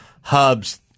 hubs